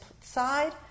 side